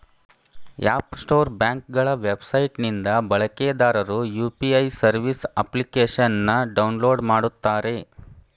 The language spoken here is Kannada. ಆಪ್ ಸ್ಟೋರ್ ಬ್ಯಾಂಕ್ಗಳ ವೆಬ್ಸೈಟ್ ನಿಂದ ಬಳಕೆದಾರರು ಯು.ಪಿ.ಐ ಸರ್ವಿಸ್ ಅಪ್ಲಿಕೇಶನ್ನ ಡೌನ್ಲೋಡ್ ಮಾಡುತ್ತಾರೆ